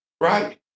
Right